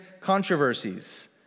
controversies